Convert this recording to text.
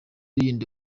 yindi